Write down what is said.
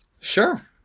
sure